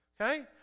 Okay